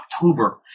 October